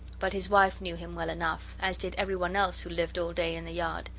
but his wife knew him well enough, as did every one else who lived all day in the yard.